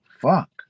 Fuck